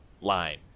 line